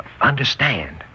Understand